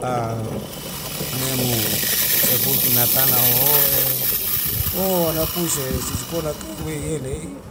A nemu sepulu penatana ho'e ho hala pui se sikola ke we yele'i